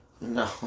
No